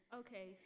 okay